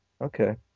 Okay